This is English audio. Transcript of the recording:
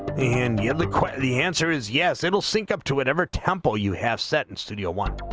and you have the the answer is yes it'll sink of two whenever temple you have set in studio one